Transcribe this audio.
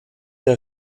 der